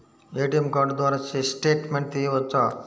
ATM card ద్వారా statement తీయవచ్చా?